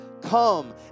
Come